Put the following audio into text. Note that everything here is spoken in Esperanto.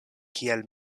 kiel